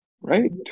Right